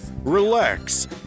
Relax